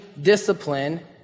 discipline